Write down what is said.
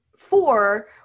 four